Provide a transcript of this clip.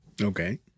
Okay